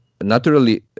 naturally